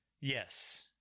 Yes